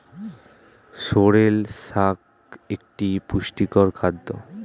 sorrel শাক একটি পুষ্টিকর খাদ্য